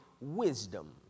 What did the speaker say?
wisdom